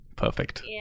Perfect